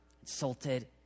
insulted